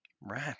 Right